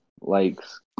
likes